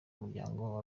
muryango